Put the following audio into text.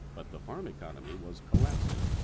but the farm economy was collapsing.